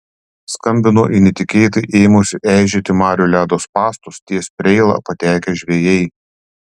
skambino į netikėtai ėmusio eižėti marių ledo spąstus ties preila patekę žvejai